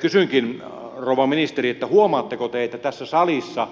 kysynkin rouva ministeri huomaatteko te että tässä salissa